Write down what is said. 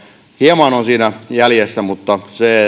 on siinä hieman jäljessä mutta